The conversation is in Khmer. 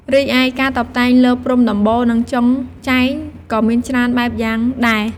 រីឯការតុបតែងលើព្រំដំបូល និងចុងចែងក៏មានច្រើនបែបយ៉ាងដែរ ។